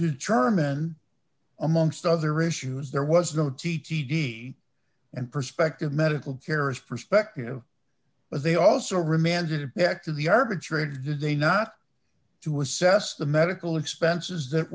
determine amongst other issues there was no t t v and perspective medical care is perspective but they also remanded back to the arbitrator did they not to assess the medical expenses that